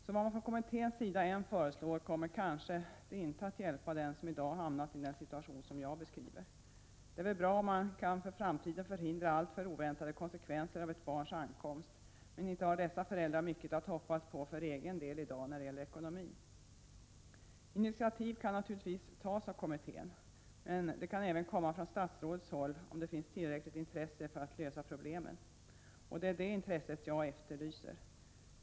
Vad man från kommitténs sida än föreslår kommer det kanske inte att hjälpa den som i dag hamnat i den situation som jag beskriver. Det är väl bra om man för framtiden kan förhindra alltför oväntade konsekvenser av ett barns ankomst, men inte har dessa föräldrar mycket att hoppas på för egen del i dag när det gäller ekonomin. Initiativ kan naturligtvis tas av kommittén, men sådana kan även komma från statsrådshåll, om det finns tillräckligt intresse för att lösa problemen. Och det är det intresset jag efterlyser.